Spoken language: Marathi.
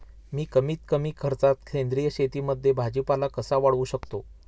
मी कमीत कमी खर्चात सेंद्रिय शेतीमध्ये भाजीपाला कसा वाढवू शकतो?